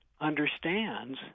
understands